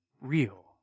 real